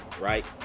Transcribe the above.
right